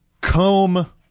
Comb